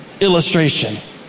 illustration